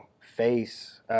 face